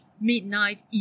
midnight